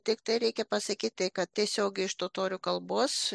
tiktai reikia pasakyti kad tiesiogiai iš totorių kalbos